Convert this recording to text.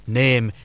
name